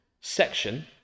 section